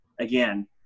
again